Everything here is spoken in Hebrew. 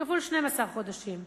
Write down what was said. כפול 12 חודשים.